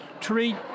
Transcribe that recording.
treat